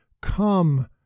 come